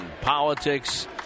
politics